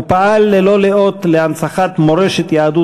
הוא פעל ללא לאות להנצחת מורשת יהדות